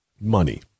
money